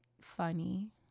funny